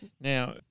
Now